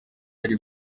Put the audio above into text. yari